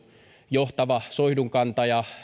johtava soihdunkantaja